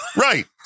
right